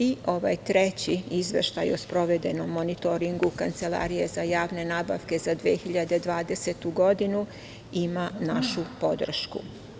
I ovaj treći izveštaj o sprovedenom monitoringu Kancelarije za javne nabavke za 2020. godinu ima našu podršku.